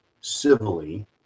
civilly